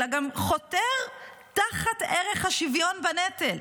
אלא הוא גם חותר תחת ערך השוויון בנטל,